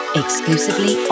exclusively